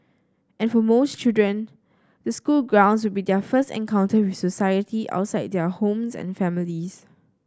and for most children the school grounds would be their first encounter with society outside their homes and families